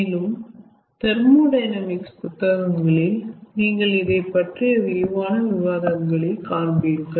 மேலும் தெர்மோடையனாமிக்ஸ் புத்தகங்களில் நீங்கள் இதை பற்றிய விரிவான விவாதங்களை காண்பீர்கள்